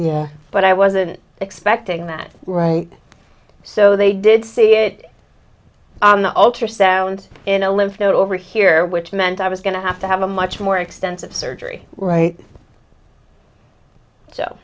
yeah but i wasn't expecting that right so they did see it on the ultrasound in a lymph node over here which meant i was going to have to have a much more extensive surgery right so